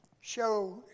show